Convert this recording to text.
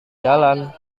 jalan